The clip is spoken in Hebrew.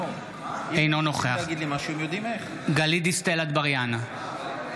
אינו נוכח גלית דיסטל אטבריאן,